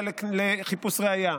בנוגע לחיפוש ראיה,